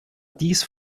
dies